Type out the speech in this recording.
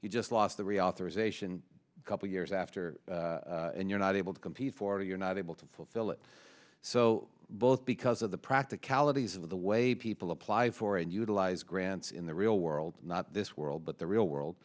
you just lost the reauthorization a couple years after and you're not able to compete for you're not able to fulfill it so both because of the practicalities of the way people apply for and utilize grants in the real world not this world but the real world